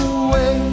away